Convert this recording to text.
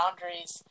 boundaries